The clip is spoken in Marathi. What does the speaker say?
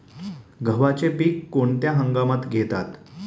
गव्हाचे पीक कोणत्या हंगामात घेतात?